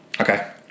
Okay